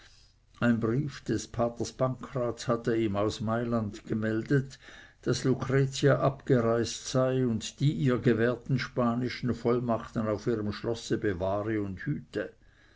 ein brief des paters pancraz hatte ihm aus malland gemeldet daß lucretia abgereist sei und die ihr gewährten spanischen vollmachten auf ihrem schlosse bewahre und hüte